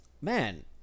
man